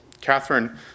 Catherine